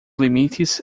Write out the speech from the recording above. limites